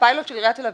שונים לחלוטין.